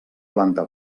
planta